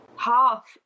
half